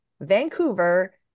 Vancouver